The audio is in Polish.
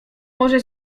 może